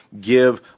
give